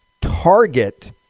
Target